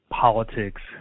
politics